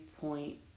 point